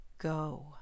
go